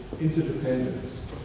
interdependence